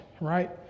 right